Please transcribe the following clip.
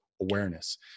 awareness